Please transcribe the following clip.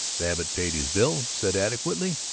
babbitt paid his bill, said adequately,